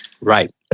Right